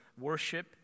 worship